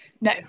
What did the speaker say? No